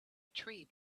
tree